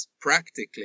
practically